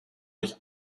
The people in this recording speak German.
durch